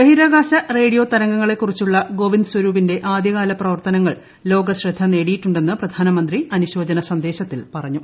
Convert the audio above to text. ബഹിരാകാശ റേഡിയോ തരംഗങ്ങളെ കുറിച്ചുള്ള ഗോവിന്ദ് സ്വരൂപിന്റെ ആദ്യകാല പ്രവർത്തനങ്ങൾ ലോകശ്രദ്ധ നേടിയിട്ടു ണ്ടെന്ന് പ്രധാനമന്ത്രി അനുശോചന സന്ദേശത്തിൽ പറഞ്ഞു